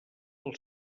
del